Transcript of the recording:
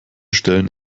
stellen